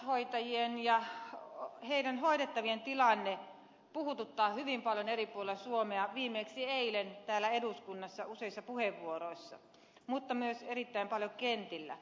omaishoitajien ja heidän hoidettaviensa tilanne puhuttaa hyvin paljon eri puolilla suomea viimeksi eilen täällä eduskunnassa useissa puheenvuoroissa mutta myös erittäin paljon kentillä